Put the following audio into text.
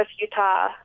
Utah